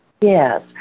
Yes